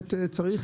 שבאמת צריך.